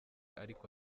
ariko